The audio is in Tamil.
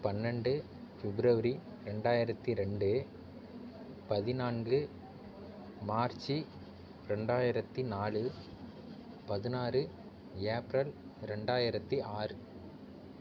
பன்னெண்டு ஃபிப்ரவரி ரெண்டாயிரத்து ரெண்டு பதினான்கு மார்ச்சு ரெண்டாயிரத்து நாலு பதினாறு ஏப்ரல் ரெண்டாயிரத்து ஆறு